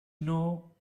know